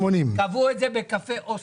קבעו את זה בקפה אוסלו,